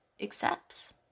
accepts